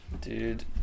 Dude